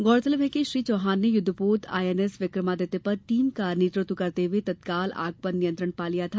गौरतलब है कि श्री चौहान ने युद्धपोत आईएनएस विक्रमादित्य पर टीम का नेतृत्व करते हुए तत्काल आग पर नियंत्रण पा लिया था